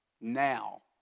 now